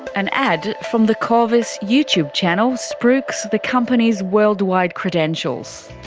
an ad from the qorvis youtube channel spruiks the company's worldwide credentials.